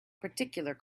particular